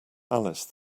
alice